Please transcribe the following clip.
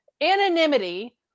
anonymity